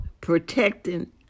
protecting